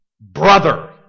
brother